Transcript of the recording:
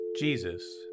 Jesus